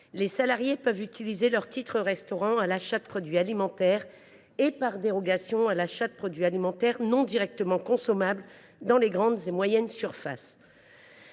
les salariés peuvent utiliser leurs titres restaurant pour l’achat de produits alimentaires, ainsi que, par dérogation, pour l’achat de produits alimentaires non directement consommables, dans les grandes et moyennes surfaces.